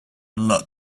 lot